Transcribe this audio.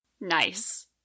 nice